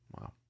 Wow